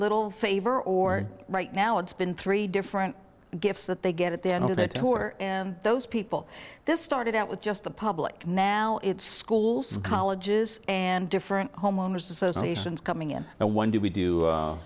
little favor or right now it's been three different gifts that they get at the end of the tour and those people this started out with just the public now it's schools colleges and different homeowners associations coming in the one day we do